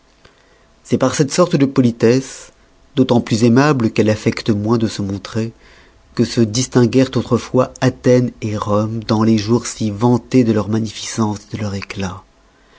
c'est par cette sorte de politesse d'autant plus aimable qu'elle affecte moins de se montrer que se distinguèrent autrefois athènes rome dans les jours si vantés de leur magnificence de leur éclat